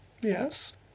Yes